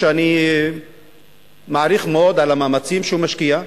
שאני מעריך מאוד את המאמצים שהוא משקיע,